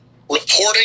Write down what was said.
reporting